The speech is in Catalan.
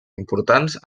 importants